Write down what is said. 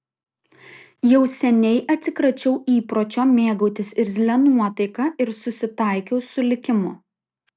jau seniai atsikračiau įpročio mėgautis irzlia nuotaika ir susitaikiau su likimu